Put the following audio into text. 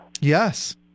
Yes